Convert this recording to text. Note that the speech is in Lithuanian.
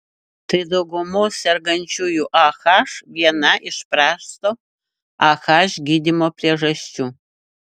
tai daugumos sergančiųjų ah viena iš prasto ah gydymo priežasčių